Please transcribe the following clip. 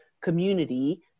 community